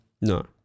No